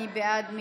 מי בעד?